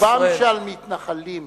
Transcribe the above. רובם של המתנחלים בארץ-ישראל,